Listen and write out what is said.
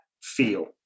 feel